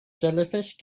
jellyfish